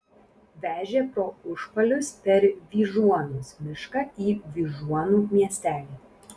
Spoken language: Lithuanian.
vežė pro užpalius per vyžuonos mišką į vyžuonų miestelį